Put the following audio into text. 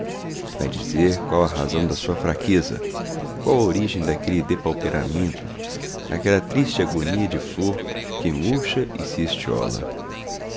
vai dizer qual a razão da sua fraqueza qual a origem daquele depauperamento daquela triste agonia de flor que murcha e se estiola a bela